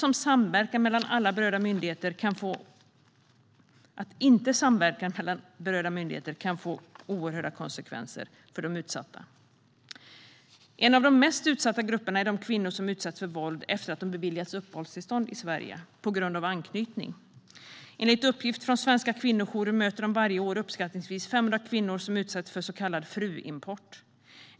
Om inte berörda myndigheter samverkar kan det nämligen få oerhörda konsekvenser för de utsatta. En av de mest utsatta grupperna är de kvinnor som utsätts för våld efter att de har beviljats uppehållstillstånd i Sverige på grund av anknytning. Enligt uppgift från svenska kvinnojourer möter de varje år uppskattningsvis 500 kvinnor som utsatts för så kallad fruimport.